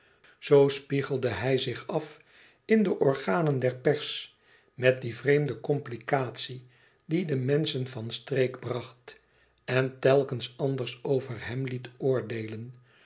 zoo spiegelde hij zich af in de organen der pers met die vreemde complicatie die de menschen van streek bracht en telkens anders over hem liet oordeelen